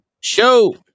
Show